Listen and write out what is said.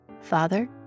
father